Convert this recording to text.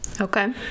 Okay